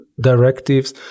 directives